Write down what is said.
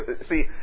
See